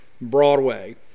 Broadway